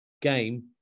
game